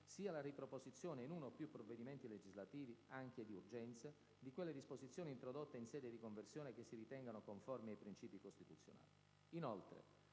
sia la riproposizione in uno o più provvedimenti legislativi, anche di urgenza, di quelle disposizioni introdotte in sede di conversione che si ritengano conformi ai princìpi costituzionali.